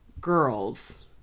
girls